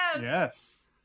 Yes